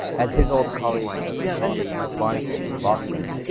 as his old colleague, the columnist mike barnicle from boston,